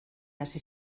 hasi